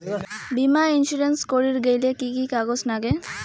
বীমা ইন্সুরেন্স করির গেইলে কি কি কাগজ নাগে?